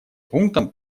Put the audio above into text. пунктам